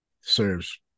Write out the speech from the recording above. serves